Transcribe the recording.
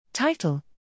Title